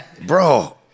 bro